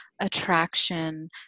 attraction